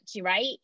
right